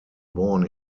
born